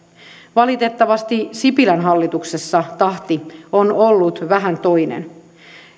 valitettavasti sipilän hallituksessa tahti on ollut vähän toinen